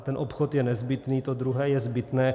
Ten obchod je nezbytný, to druhé je zbytné.